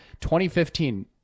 2015